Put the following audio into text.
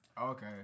Okay